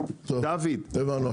הזאת --- הבנו.